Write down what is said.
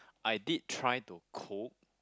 I did try to cook